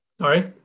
Sorry